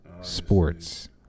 Sports